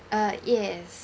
uh yes